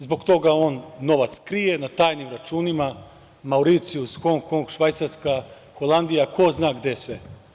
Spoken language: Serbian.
Zbog toga on novac krije na tajnim računima Mauricijus, Hong Kong, Švajcarska, Holandija, ko zna gde sve.